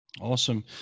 awesome